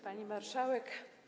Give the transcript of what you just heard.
Pani Marszałek!